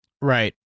Right